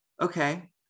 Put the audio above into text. Okay